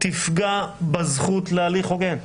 תפגע בזכות להליך הוגן.